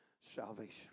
salvation